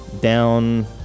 down